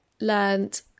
learned